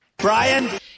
Brian